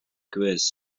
quiz